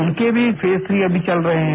उनके भी phase three अभी चल रहे हैं